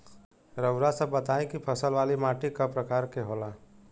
रउआ सब बताई कि फसल वाली माटी क प्रकार के होला?